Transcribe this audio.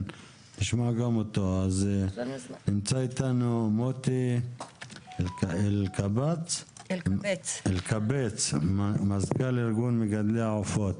נמצא איתנו מוטי אלקבץ, מזכ"ל ארגון מגדלי העופות.